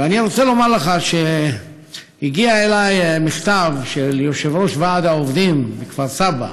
ואני רוצה לומר לך שהגיע אלי מכתב של יושב-ראש ועד העובדים בכפר סבא,